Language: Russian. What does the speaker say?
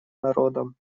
народом